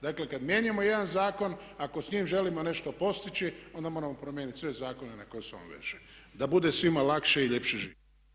Dakle kada mijenjamo jedan zakon, ako s njime želimo nešto postići onda moramo promijeniti sve zakone na koje se on veže da bude svima lakše i ljepše živjeti.